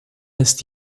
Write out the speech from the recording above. ist